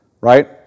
Right